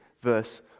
verse